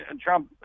Trump